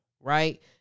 right